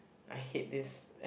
I hate this